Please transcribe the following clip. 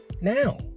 Now